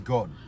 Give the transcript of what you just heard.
God